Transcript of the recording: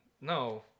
No